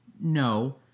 No